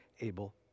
able